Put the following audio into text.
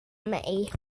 mig